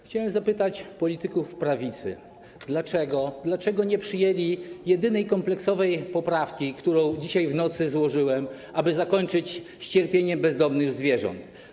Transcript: Chciałem zapytać polityków prawicy, dlaczego nie przyjęli jedynej kompleksowej poprawki, poprawki, którą dzisiaj w nocy złożyłem, aby zakończyć cierpienie bezdomnych zwierząt.